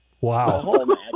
Wow